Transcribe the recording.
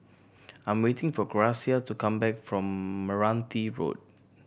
I'm waiting for Gracia to come back from Meranti Road